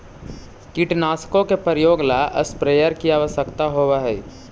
कीटनाशकों के प्रयोग ला स्प्रेयर की आवश्यकता होव हई